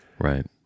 Right